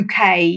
UK